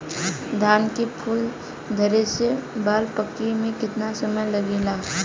धान के फूल धरे से बाल पाके में कितना समय लागेला?